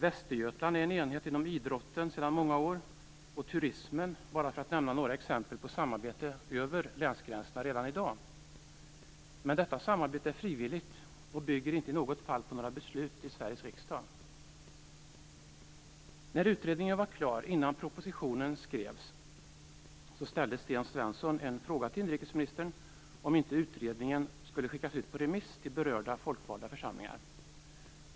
Västergötland är en enhet inom idrotten sedan många år. Turismen är ett annat exempel på samarbete över länsgränserna redan i dag. Men detta samarbete är frivilligt, och bygger inte i något fall på några beslut i Sveriges riksdag. När utredningen var klar, innan propositionen skrevs, ställde Sten Svensson en fråga till inrikesministern om inte utredningen skulle skickas ut på remiss till berörda folkvalda församlingar.